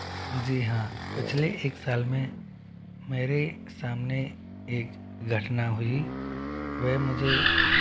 जी हाँ पिछले एक साल में मेरे सामने एक घटना हुई वे मुझे